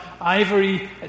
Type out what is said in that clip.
ivory